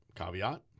caveat